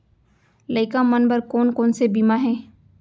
लइका मन बर कोन कोन से बीमा हे?